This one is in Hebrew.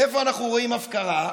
איפה אנחנו רואים הפקרה,